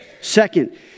Second